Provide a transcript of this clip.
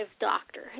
Doctor